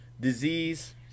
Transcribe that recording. disease